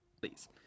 Please